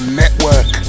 network